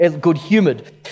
good-humoured